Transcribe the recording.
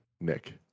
Nick